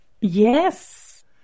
Yes